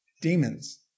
demons